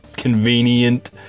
convenient